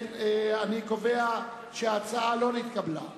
אני קובע שההצעה לא התקבלה.